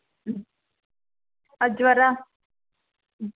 ಹ್ಞೂ ಅದು ಜ್ವರ ಹ್ಞೂ